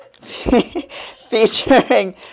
featuring